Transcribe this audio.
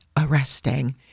arresting